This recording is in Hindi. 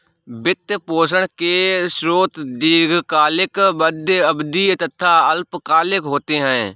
वित्त पोषण के स्रोत दीर्घकालिक, मध्य अवधी तथा अल्पकालिक होते हैं